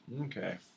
Okay